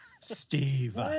Steve